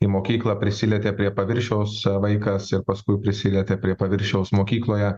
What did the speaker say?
į mokyklą prisilietė prie paviršiaus vaikas ir paskui prisilietė prie paviršiaus mokykloje